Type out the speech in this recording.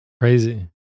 Crazy